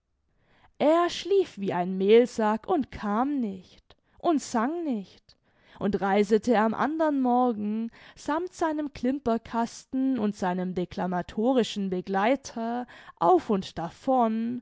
er schlief wie ein mehlsack und kam nicht und sang nicht und reisete am andern morgen sammt seinem klimperkasten und seinem declamatorischen begleiter auf und davon